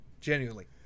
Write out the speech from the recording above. Genuinely